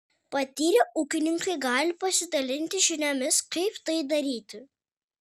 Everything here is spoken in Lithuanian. patyrę ūkininkai gali pasidalinti žiniomis kaip tai daryti